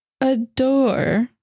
adore